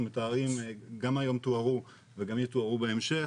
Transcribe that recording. מתארים גם היום תוארו וגם יתוארו בהמשך